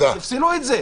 תפסלו את זה.